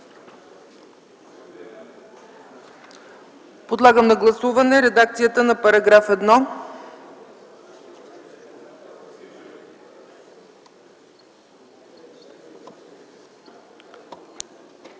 Подлагам на гласуване редакцията на § 18